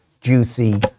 juicy